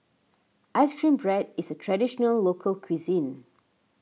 Ice Cream Bread is a Traditional Local Cuisine